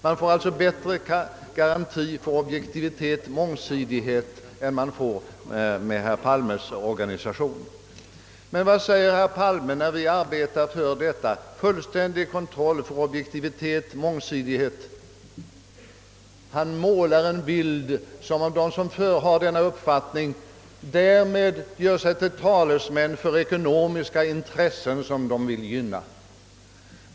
Man får alltså med verklig konkurrens mellan två oberoende företag bättre garantier för objektivitet och mångsidighet än man får med den organisation som herr Palme föreslår. Men vad säger herr Palme när vi arbetar för att åstadkomma en sådan bättre garanti för objektivitet och mångsidighet? Han målar en bild som anger att de som har denna uppfattning därmed gör sig till talesmän för ekonomiska intressen som de vill gynna.